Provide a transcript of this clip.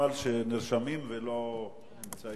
חבל שנרשמים ולא נמצאים.